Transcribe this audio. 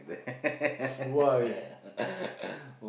that